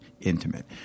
intimate